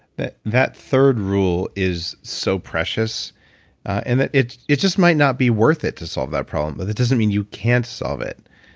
that that third rule is so precious and it it just might not be worth it to solve that problem, but it doesn't mean you can't solve it.